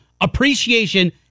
appreciation